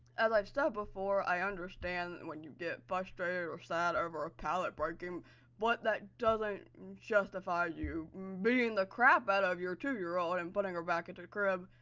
as i've said ah before, i understand when you get frustrated or sad over a palette breaking but that doesn't justify you beating i mean the crap out of your two-year-old and putting her back into the crib,